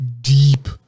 deep